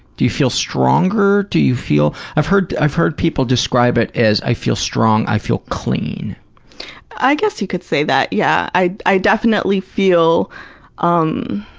do you feel stronger? do you feel i've heard i've heard people describe it as, i feel strong, i feel clean. n i guess you could say that, yeah. i i definitely feel um